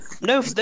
no